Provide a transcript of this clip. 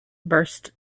burst